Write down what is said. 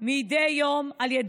מדי יום.